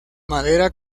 madera